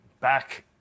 back